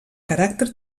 caràcter